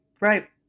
Right